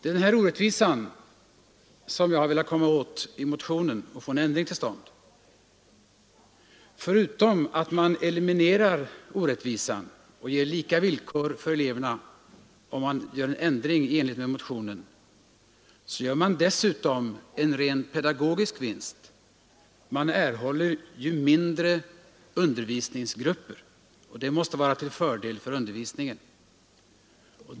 Den här orättvisan har jag velat komma åt i motionen. Om man vidtar en ändring i enlighet med motionen eliminerar man orättvisan och skapar lika villkor för eleverna. Dessutom gör man en rent pedagogisk vinst, eftersom man får mindre undervisningsgrupper, vilket måste vara till fördel för undervisningen.